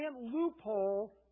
loophole